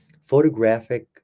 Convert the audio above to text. photographic